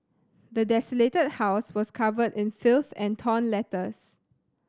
the desolated house was covered in filth and torn letters